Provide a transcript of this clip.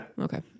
okay